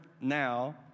now